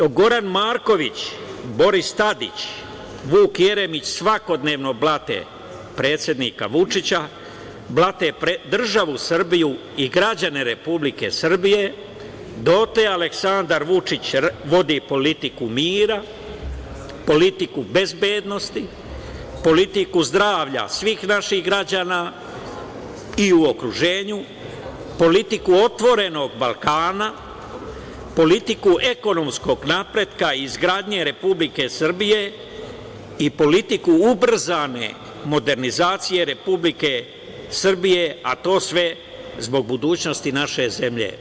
Goran Marković, Boris Tadić, Vuk Jeremić svakodnevno blate predsednika Vučića, blate državu Srbiju i građane Republike Srbije, dotle Aleksandar Vučić vodi politiku mira, politiku bezbednosti, politiku zdravlja svih naših građana i u okruženju, politiku otvorenog Balkana, politiku ekonomskog napretka i izgradnje Republike Srbije i politiku ubrzane modernizacije Republike Srbije, a to sve zbog budućnosti naše zemlje.